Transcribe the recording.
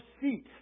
seat